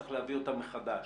צריך להביא אותה מחדש.